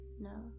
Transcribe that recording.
No